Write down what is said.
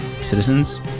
citizens